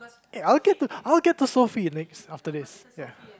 eh I'll get to I'll get to to Sophie next after this ya